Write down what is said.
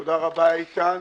תודה רבה איתן.